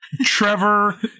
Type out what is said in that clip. Trevor